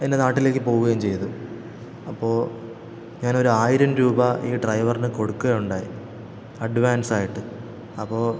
എൻ്റെ നാട്ടിലേക്കു പോകുകയും ചെയ്തു അപ്പോൾ ഞാനൊരായിരം രൂപ ഈ ഡ്രൈവറിനു കൊടുക്കുകയുണ്ടായി അഡ്വാൻസായിട്ട് അപ്പോൾ